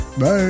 Bye